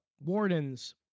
wardens